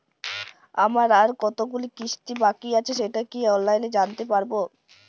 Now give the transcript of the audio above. আমার আর কতগুলি কিস্তি বাকী আছে সেটা কি অনলাইনে জানতে পারব?